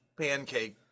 pancake